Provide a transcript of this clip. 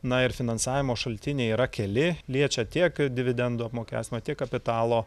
na ir finansavimo šaltiniai yra keli liečia tiek dividendų apmokestinimą tiek kapitalo